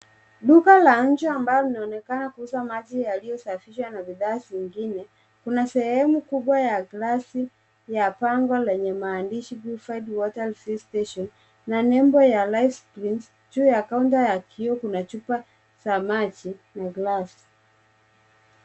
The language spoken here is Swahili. Duka la nje ambalo linaonekana kuuza maji yaliyosafisha na bidhaa zingine, kuna sehemu kubwa ya glasi ya bango lenye maandishi purified water filling station na nembo ya life springs. Juu ya kaunta ya kioo kuna chupa za maji na glass .